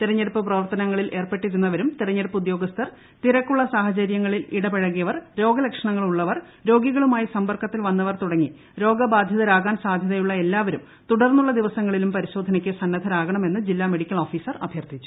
തെരഞ്ഞെടുപ്പ് പ്രവർത്തനങ്ങളിൽ ഏർപ്പെട്ടിരുന്നവരും തെരഞ്ഞെടുപ്പ് ഉദ്യോഗസ്ഥർ തിരക്കുളള സാഹചര്യങ്ങളിൽ ഇടപഴകിയവർ രോഗലക്ഷണങ്ങൾ ഉളളവർ രോഗികളുമായി സമ്പർക്കത്തിൽ വന്നവർ തുടങ്ങി രോഗബാധിത്രിക്ടാൻ സാധ്യതയുളള എല്ലാവരും തുടർന്നുളള ദിവസ്ട്ട്ളിലും പരിശോധനയ്ക്ക് സന്നദ്ധരാകണമെന്ന് ജില്ലാ മെഡിക്കൽ ഓഫീസർ അഭ്യർഥിച്ചു